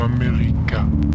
America